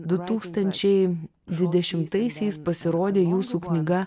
du tūkstančiai dvidešimtaisiais pasirodė jūsų knyga